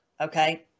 okay